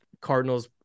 Cardinals